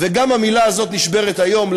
וגם המילה הזאת נשברת היום.